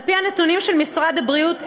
על-פי הנתונים של משרד הבריאות,